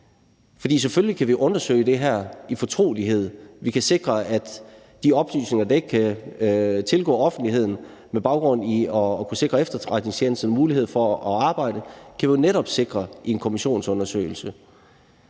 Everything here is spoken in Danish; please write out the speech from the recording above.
selvfølgelig kan vi undersøge det her i fortrolighed. Vi kan sikre, at de oplysninger, der ikke kan tilgå offentligheden med baggrund i at kunne sikre efterretningstjenesterne mulighed for at arbejde, jo netop kan sikres med en kommissionsundersøgelse.